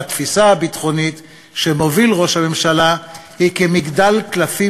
והתפיסה הביטחונית שמוביל ראש הממשלה היא שברירית כמגדל קלפים